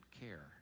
care